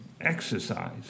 exercise